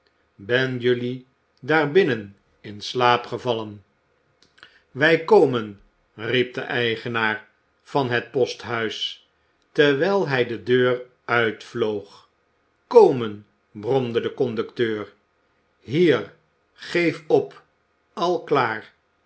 ben jelui daarbinnen in slaap gevallen wij komen riep de eigenaar van het posthuis terwijl hij de deur uitvloog komen bromde de conducteur hier geef op al klaar